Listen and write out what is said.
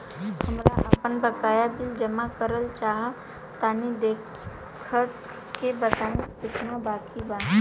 हमरा आपन बाकया बिल जमा करल चाह तनि देखऽ के बा ताई केतना बाकि बा?